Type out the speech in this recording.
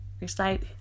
recite